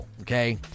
okay